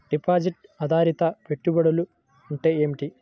Deposit ఆధారిత పెట్టుబడులు అంటే ఏమిటి?